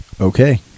Okay